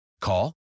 Call